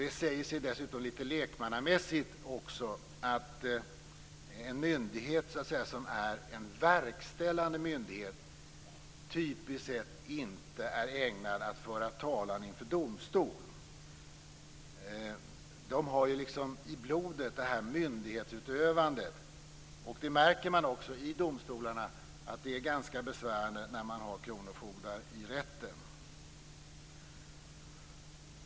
Det sägs dessutom lite lekmannamässigt att en myndighet som är en verkställande myndighet typiskt sett inte är ägnad att föra talan inför domstol. De har ju liksom myndighetsutövandet i blodet. Man märker också i domstolarna att det är ganska besvärande när man har kronofogdar i rätten.